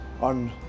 on